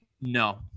No